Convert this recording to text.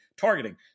targeting